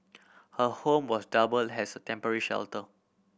her home was doubled has a temporary shelter